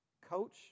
Coach